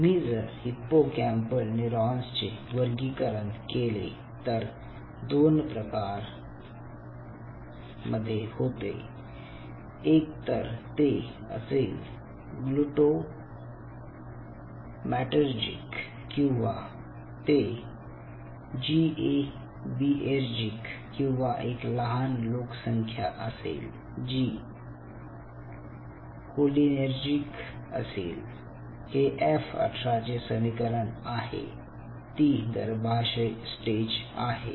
तुम्ही जर hippocampal neurons चे वर्गीकरण केले तर दोन प्रकार प्रकारांमधे होते एक तर ते असेल ग्लूटामॅटर्जिक किंवा ते जीएबीएर्जिक किंवा एक लहान लोकसंख्या असेल जी कोलिनेर्जिक असेल हे एफ 18 चे समीकरण आहे ती गर्भाशय स्टेज आहे